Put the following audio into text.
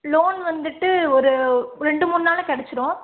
loan வந்துவிட்டு ஒரு ரெண்டு மூணு நாளில் கிடச்சிடும்